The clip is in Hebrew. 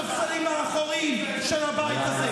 אין לכם קווים אדומים, שום קווים אדומים.